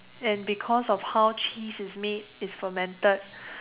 and because of how cheese is made it's fermented